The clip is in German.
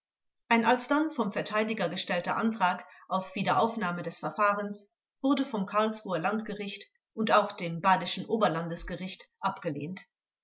ein alsdann vom verteidiger gestellter antrag auf wiederaufnahme des verfahrens wurde vom karlsruher landgericht und auch dem badischen oberlandesgericht abgelehnt